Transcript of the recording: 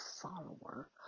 follower